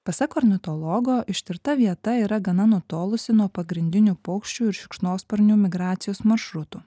pasak ornitologo ištirta vieta yra gana nutolusi nuo pagrindinių paukščių ir šikšnosparnių migracijos maršrutų